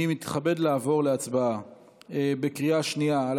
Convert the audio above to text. אני מתכבד לעבור להצבעה בקריאה שנייה על